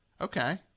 Okay